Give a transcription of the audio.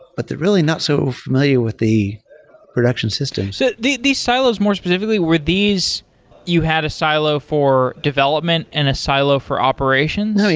but they're really not so familiar with the production system so these silos more specifically, were these you had a silo for development and a silo for operations?